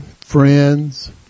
friends